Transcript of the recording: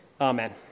Amen